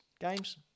games